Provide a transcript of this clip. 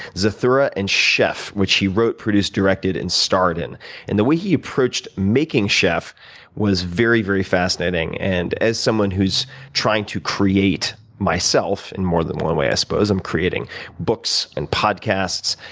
zathura and chef, which he wrote, produced, directed, and starred in. and the way he approached making chef was very, very fascinating. and as someone who's trying to create myself, in more than one way, i suppose i'm creating books and podcasts,